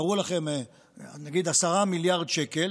נגיד 10 מיליארד שקל,